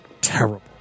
Terrible